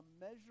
measure